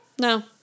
no